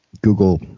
Google